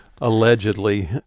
Allegedly